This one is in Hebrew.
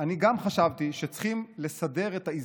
מי שיכול,